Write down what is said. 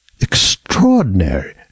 extraordinary